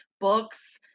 books